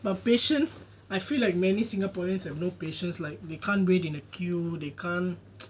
but patience I feel like many singaporeans have no patience like you can't wait in queue they can't